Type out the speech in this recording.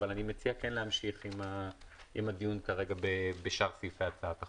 אבל אני מציע כן להמשיך כרגע בדיון על שאר סעיפי הצעת החוק.